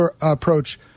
approach